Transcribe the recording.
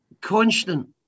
constant